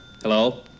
Hello